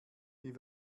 wie